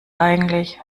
eigentlich